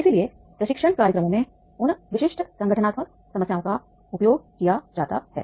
इसलिए प्रशिक्षण कार्यक्रमों में उन विशिष्ट संगठनात्मक समस्याओं का उपयोग किया जाता है